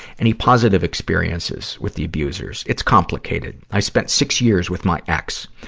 any positive experiences with the abusers it's complicated. i spent six years with my ex.